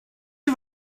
who